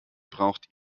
braucht